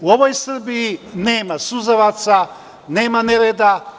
U ovoj Srbiji nema suzavaca, nema nereda.